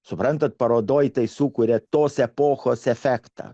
suprantate parodoje tai sukuria tos epochos efektą